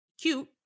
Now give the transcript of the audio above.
cute